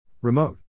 Remote